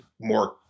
more